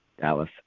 Dallas